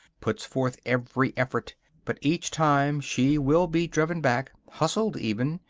puts forth every effort but each time she will be driven back, hustled even,